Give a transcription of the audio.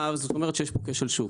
זאת אומרת שיש פה כשל שוק,